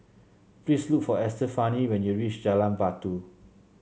please look for Estefany when you reach Jalan Batu